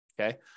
okay